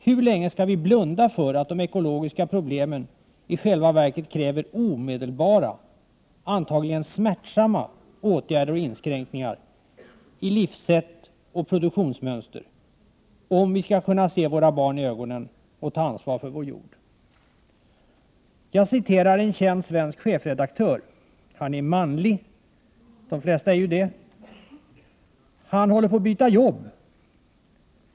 Hur länge ska vi blunda för att de ekologiska problemen i själva verket kräver omedelbara, antagligen smärtsamma, åtgärder och inskränkningar i livssätt och produktionsmönster om vi skall kunna se våra barn i ögonen och ta ansvar för vår jord?” Jag citerade en känd svensk manlig chefredaktör. De flesta chefredaktörer är ju män. Han är i färd med att byta jobb.